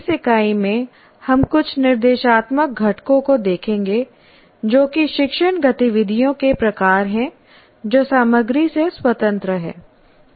इस इकाई में हम कुछ निर्देशात्मक घटकों को देखेंगे जो कि शिक्षण गतिविधियों के प्रकार हैं जो सामग्री से स्वतंत्र हैं